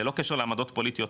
ללא קשר לעמדות פוליטיות,